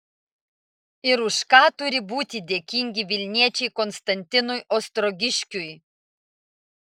ir už ką turi būti dėkingi vilniečiai konstantinui ostrogiškiui